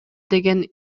деген